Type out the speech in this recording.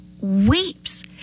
weeps